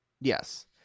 Yes